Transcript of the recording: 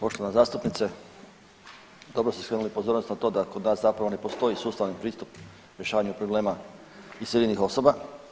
Poštovana zastupnice, dobro ste skrenuli pozornost na to da kod nas zapravo ne postoji sustavni pristup rješavanju problema iseljenih osoba.